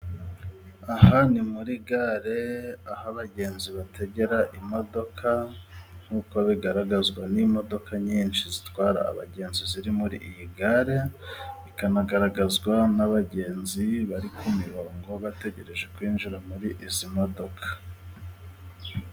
Aha ni muri gare aho abagenzi bategera imodoka nkuko bigaragazwa n'imodoka nyinshi zitwara abagenzi ziri muri iyi gare, bikanagaragazwa n'abagenzi bari ku mirongo bategereje kwinjira muri izi modoka.